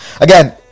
again